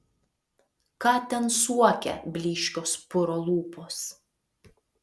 ką ten suokia blyškios puro lūpos